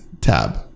tab